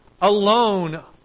alone